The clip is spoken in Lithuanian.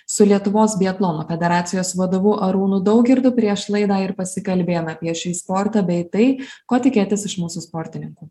su lietuvos biatlono federacijos vadovu arūnu daugirdu prieš laidą ir pasikalbėjom apie šį sportą bei tai ko tikėtis iš mūsų sportininkų